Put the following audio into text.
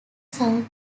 south